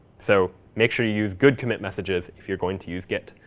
so make sure you use good commit messages if you're going to use git.